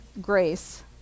grace